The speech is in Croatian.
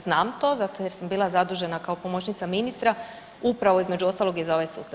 Znam to zato jer sam bila zadužena kao pomoćnica ministrica upravo između ostalog i za ovaj sustav.